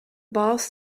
bars